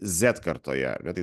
zet kartoje ar ne tai